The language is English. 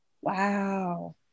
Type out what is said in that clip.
Wow